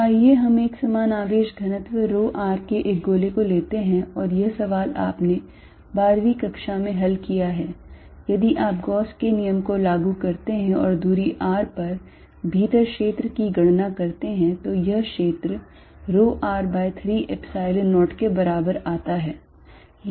तो आइए हम एकसमान आवेश घनत्व rho r के एक गोले को लेते हैं और यह सवाल आपने 12 वीं कक्षा में हल किया है यदि आप गॉस के नियम को लागू करते हैं और दूरी r पर भीतर क्षेत्र की गणना करते हैं तो यह क्षेत्र rho r by 3 Epsilon naught के बराबर आता है